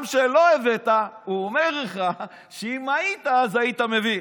גם כשלא הבאת הוא אומר לך שאם היית, אז היית מביא.